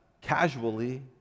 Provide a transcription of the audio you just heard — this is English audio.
casually